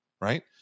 right